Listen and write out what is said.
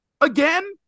Again